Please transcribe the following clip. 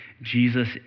Jesus